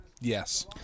yes